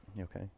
Okay